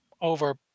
over